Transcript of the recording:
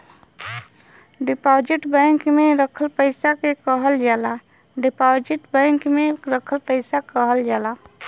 deposit bank में रखल पइसा के कहल जाला